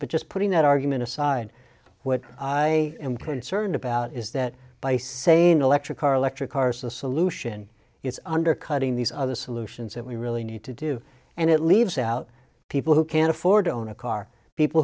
but just putting that argument aside what i am concerned about is that by saying electric car electric cars a solution it's undercutting these other solutions that we really need to do and it leaves out people who can't afford to own a car people